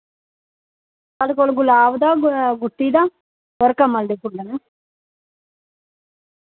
साढ़े कोल गुलाब दा गुट्टी दा होर कमल दे फुल्ल न